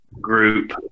group